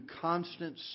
constant